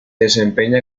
desempeña